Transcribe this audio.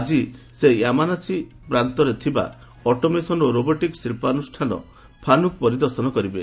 ଆଜି ସେ ୟାମାନାସି ପ୍ରାନ୍ତରେ ଥିବା ଅଟୋମେସନ୍ ଓ ରୋବୋଟିକ୍ ଶିଳ୍ପାନୁଷ୍ଠାନ ଫାନୁକ୍ ପରିଦର୍ଶନ କରିବେ